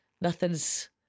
nothing's